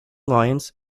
lions